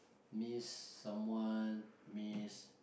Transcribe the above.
miss someone miss